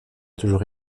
toujours